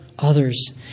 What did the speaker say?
others